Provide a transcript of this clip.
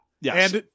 Yes